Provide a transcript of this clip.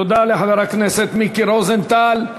תודה לחבר הכנסת מיקי רוזנטל.